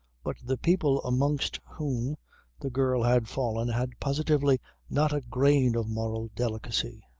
but the people amongst whom the girl had fallen had positively not a grain of moral delicacy.